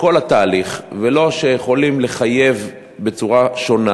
ולא יכולים לחייב בצורה שונה,